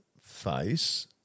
face